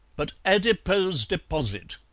but adipose deposit.